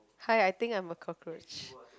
hi I think I'm a cockroach